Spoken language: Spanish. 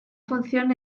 función